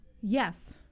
Yes